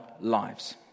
lives